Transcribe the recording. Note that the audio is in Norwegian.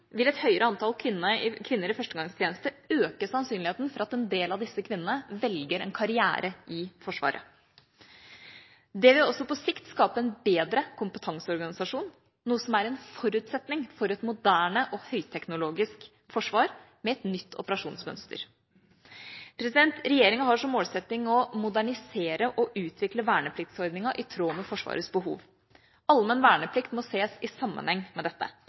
vil et høyere antall kvinner i førstegangstjeneste øke sannsynligheten for at en del av disse kvinnene velger en karriere i Forsvaret. Det vil også på sikt skape en bedre kompetanseorganisasjon, noe som er en forutsetning for et moderne og høyteknologisk forsvar med et nytt operasjonsmønster. Regjeringa har som målsetting å modernisere og utvikle vernepliktsordningen i tråd med Forsvarets behov. Allmenn verneplikt må ses i sammenheng med dette.